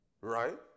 right